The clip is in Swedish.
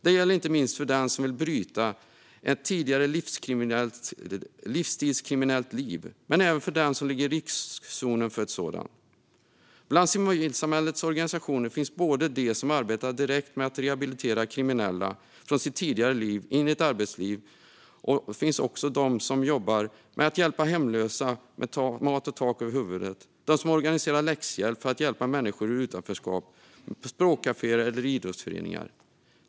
Det gäller inte minst för den som vill bryta en tidigare kriminell livsstil men även för den som ligger i riskzonen för en sådan. Bland civilsamhällets organisationer finns de som arbetar direkt med att rehabilitera kriminella från sitt tidigare liv in i ett arbetsliv. Det finns också de som jobbar med att hjälpa hemlösa med mat och tak över huvudet och de som organiserar läxhjälp för att hjälpa människor ur utanförskap. Det finns språkkaféer och idrottsföreningar.